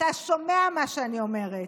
אתה שומע מה שאני אומרת.